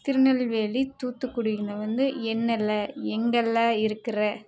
திருநெல்வேலி துத்துக்குடியில் வந்து என்னலே எங்கலே இருக்கிற